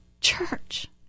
church